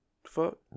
fuck